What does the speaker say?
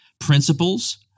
Principles